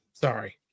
sorry